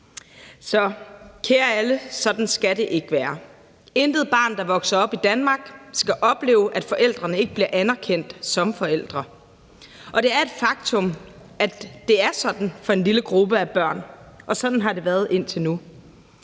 Så kære alle, sådan skal det ikke være. Intet barn, der vokser op i Danmark, skal opleve, at forældrene ikke bliver anerkendt som forældre, og det er et faktum, at det er sådan for en lille gruppe af børn, og sådan har det været indtil nu,